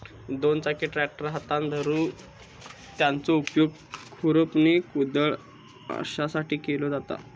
दोन चाकी ट्रॅक्टर हातात धरून त्याचो उपयोग खुरपणी, कुदळ अश्यासाठी केलो जाता